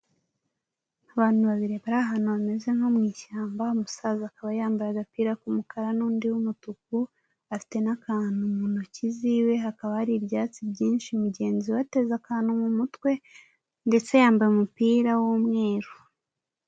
Abantu babiri bari ahantu hameze nko mu ishyamba umusaza akaba yambaye agapira k'umukara n'undi w'umutuku afite n'akantu mu ntoki ziwe, hakaba hari ibyatsi byinshi mugenzi we ateze akantu mu mutwe ndetse yambaye umupira w'umweru.